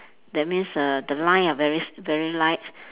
that means err the line are very s~ very light